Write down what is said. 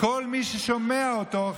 כל מי ששומע אותו,